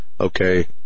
okay